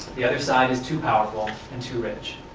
the other side is too powerful and too rich.